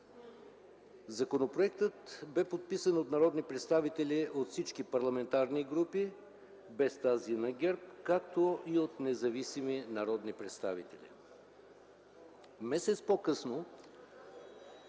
Законопроектът бе подписан от народни представители от всички парламентарни групи без тази на ГЕРБ, както и от независими народни представители. Месец по-късно